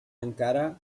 encara